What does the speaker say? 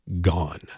gone